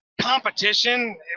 competition